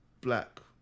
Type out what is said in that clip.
black